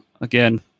again